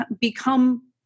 become